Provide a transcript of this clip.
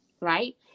right